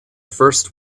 first